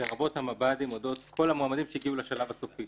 לרבות המב"דים אודות כל המועמדים שהגיעו לשלב הסופי,